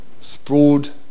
sprawled